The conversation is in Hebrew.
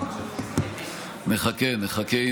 נחכה, נחכה.